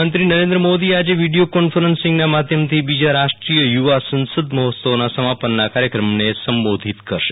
પ્રધાનમંત્રી નરેન્દ મોદી આજ વિડીયો કોન્ફરન્સના માધ્યમથી બીજા રાષ્ટીય યુવા સસદ મહોત્સવના સમાપનના કાર્યકમને સંબોધિત કરશે